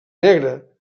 negre